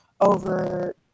over